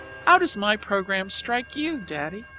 how does my programme strike you, daddy?